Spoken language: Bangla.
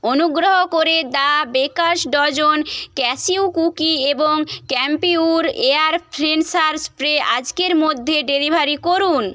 অনুগ্রহ করে the Baker's dozen cashew cookie এবং ক্যাম্ফর এয়ার ফ্রেশনার স্প্রে আজকের মধ্যে ডেলিভারি করুন